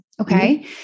Okay